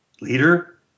leader